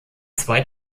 zwei